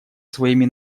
своими